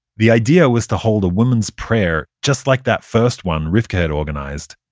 the idea was to hold a women's prayer, just like that first one rivka had organized,